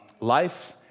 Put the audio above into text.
life